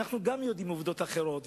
אנחנו גם יודעים עובדות אחרות,